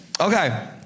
Okay